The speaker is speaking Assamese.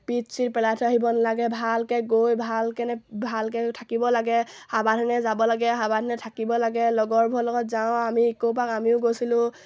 পিট চিট পেলাই থৈ আহিব নালাগে ভালকৈ গৈ ভালকেনে ভালকৈ থাকিব লাগে সাৱধানে যাব লাগে সাৱধানে থাকিব লাগে লগৰবোৰৰ লগত যাওঁ আমি একোপাক আমিও গৈছিলোঁ